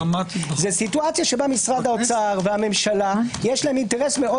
זה מצב שבו משרד האוצר והממשלה יש להם אינטרס מאוד